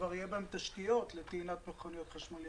שכבר יהיו בהם תשתיות לטעינת מכוניות חשמליות,